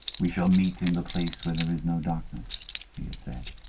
we shall meet in the place where there is no darkness he had said.